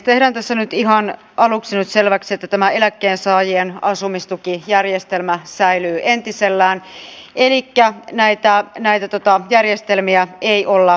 tehdään tässä nyt ihan aluksi selväksi että tämä eläkkeensaajien asumistukijärjestelmä säilyy entisellään elikkä näitä järjestelmiä ei olla yhdistämässä